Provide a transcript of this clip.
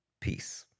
Peace